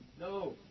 No